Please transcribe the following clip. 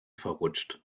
verrutscht